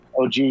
og